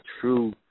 true